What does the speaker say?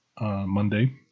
Monday